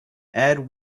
add